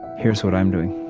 here's what i'm doing.